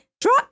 Drop